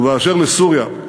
ובאשר לסוריה,